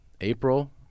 April